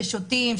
ששותים,